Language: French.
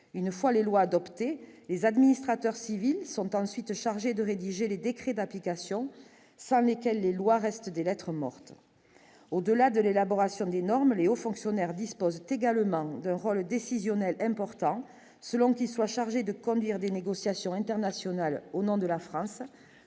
une fois les lois adoptées les administrateurs civils sont ensuite chargés de rédiger les décrets d'application, sans lesquels les lois restent des lettres mortes, au-delà de l'élaboration des normes et aux fonctionnaires disposent également de rôle décisionnel important selon qu'qui soit chargé de conduire des négociations internationales au nom de la France,